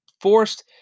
forced